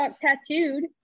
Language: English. tattooed